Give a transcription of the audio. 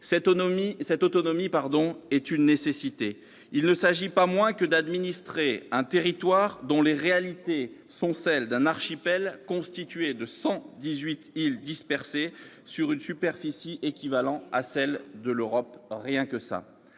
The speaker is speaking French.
Cette autonomie est une nécessité : il ne s'agit pas moins que d'administrer un territoire dont les réalités sont celles d'un archipel constitué de 118 îles dispersées sur une superficie équivalant à celle de l'Europe-rien que